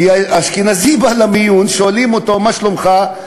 כי אשכנזי בא למיון, שואלים אותו: מה שלומך?